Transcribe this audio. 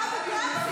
קריאה: